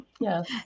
Yes